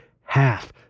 half